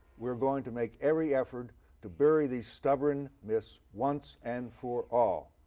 we're going to make every effort to bury these stubborn myths once and for all.